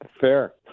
fair